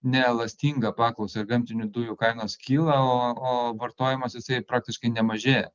neelastingą paklausą ir gamtinių dujų kainos kyla o o vartojimas jisai ir praktiškai nemažėja